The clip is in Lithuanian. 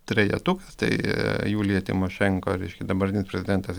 trejetukas tai julija tymošenko reiškia dabartinis prezidentas